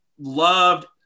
loved